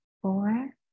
four